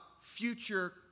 future